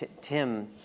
Tim